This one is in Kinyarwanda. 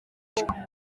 indwara